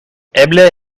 eble